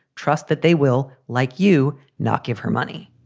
trust that they will like you not give her money.